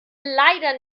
leider